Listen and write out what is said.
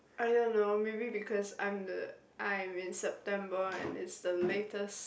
I don't know maybe because I'm the I'm in September and it's the latest